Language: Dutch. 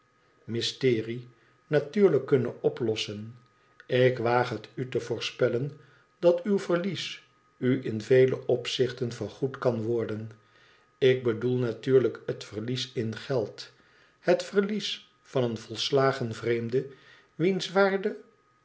mysterie natuurlijk kunnen oplossen ik waag het u te voorspellen dat uw verlies u in vele opzichten vergoed kan worden ik bedoel natuurlijk het verlies in geld het verlies van een volslagen vreemde wiens